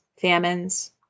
famines